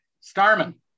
Starman